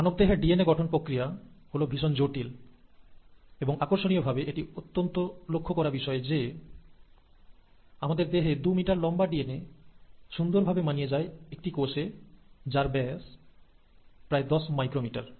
মানবদেহের ডিএনএ গঠন প্রক্রিয়া হল ভীষণ জটিল এবং আকর্ষণীয় ভাবে এটি অত্যন্ত লক্ষ্য করার বিষয় যে আমাদের দেহে 2 মিটার লম্বা ডিএনএ সুন্দর ভাবে মানিয়ে যায় একটি কোষে যার ব্যাস প্রায় 10 মাইক্রোমিটার